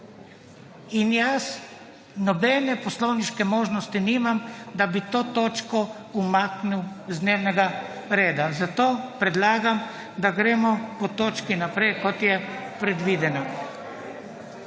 in jaz nobene poslovniške možnosti nimam, da bi to točko umaknil z dnevnega reda. Zato predlagam, da gremo po točki naprej, kot je predvideno.